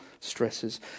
stresses